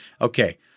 Okay